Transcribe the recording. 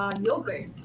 yogurt